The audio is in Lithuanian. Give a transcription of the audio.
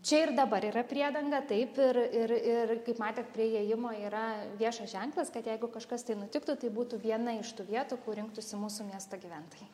čia ir dabar yra priedanga taip ir ir ir kaip matėt prie įėjimo yra viešas ženklas kad jeigu kažkas tai nutiktų tai būtų viena iš tų vietų kur rinktųsi mūsų miesto gyventojai